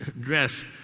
dress